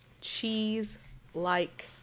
cheese-like